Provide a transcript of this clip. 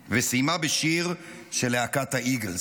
וסיימה בשיר של להקת האיגלס: